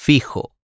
Fijo